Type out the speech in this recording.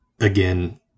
Again